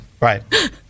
Right